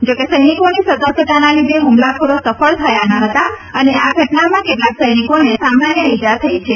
જો કે સૈનિકોની સતર્કતાના લીધે હુમલાખોરો સફળ થયા ન હતા અને આ ઘટનામાં કેટલાક સૈનિકોને સામાન્ય ઇજા થઇ છે